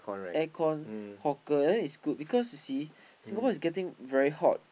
air con hawker then it's good because you see Singapore is getting very hot